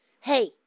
Hey